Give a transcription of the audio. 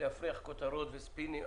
ולהפריח כותרות וספינים.